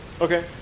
Okay